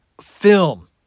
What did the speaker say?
film